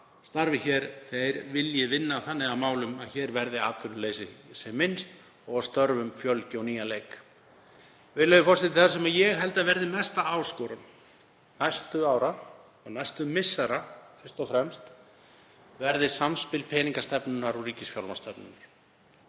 starfa hér vilji vinna þannig að málum, er að hér verði atvinnuleysi sem minnst og að störfum fjölgi á nýjan leik. Virðulegi forseti. Það sem ég held að verði mesta áskorun næstu ára og næstu missera, fyrst og fremst, er samspil peningastefnunnar og ríkisfjármálastefnunnar,